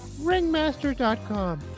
ringmaster.com